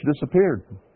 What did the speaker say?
disappeared